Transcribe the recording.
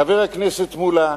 חבר הכנסת מולה,